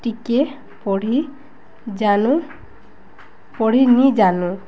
ଟିକେ ପଢ଼ି ଜାନୁ ପଢ଼ିି ନିଜାନୁ